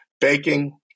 baking